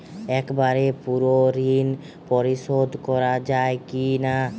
একবারে পুরো ঋণ পরিশোধ করা যায় কি না?